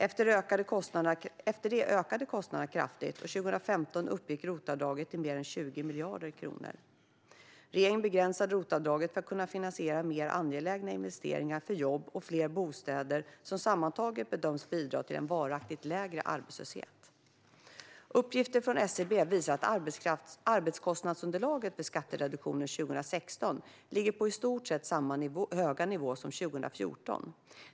Efter det ökade kostnaderna kraftigt, och 2015 uppgick ROT-avdraget till mer än 20 miljarder kronor. Regeringen begränsade ROT-avdraget för att kunna finansiera mer angelägna investeringar för jobb och fler bostäder som sammantaget bedöms bidra till en varaktigt lägre arbetslöshet. Uppgifter från SCB visar att arbetskostnadsunderlaget för skattereduktionen 2016 ligger på i stort sett samma höga nivå som 2014.